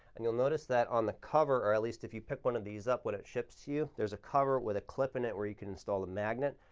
and you'll notice that on the cover, or at least if you pick one of these up when it ships to you, there's a cover with a clip in it where you can install a magnet.